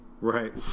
Right